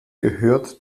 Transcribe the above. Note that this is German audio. gehört